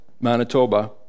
Manitoba